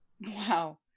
Wow